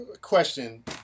Question